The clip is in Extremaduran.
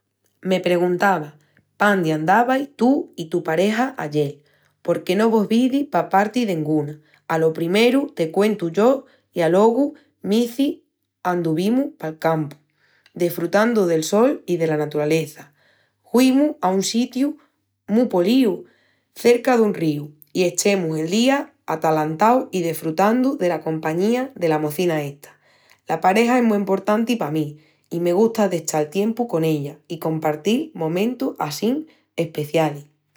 ... me perguntava pándi andavais tú i tu pareja ayel, porque no vos vidi pa parti denguna? Alo primeru te cuentu yo i alogu m'izis, anduvimus pal campu, desfrutandu del sol i dela naturaleza. Huimus a un sitiu mu políu, cerca dun ríu, i echemus el día atalantaus i desfrutandu dela compaña dela mocina esta. La pareja es mu emportanti pa mí, i me gusta d'echal tiempu con ella i compartil momentus assín especialis.